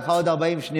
ניתן לך עוד 40 שניות,